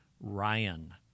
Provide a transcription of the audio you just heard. Ryan